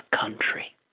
country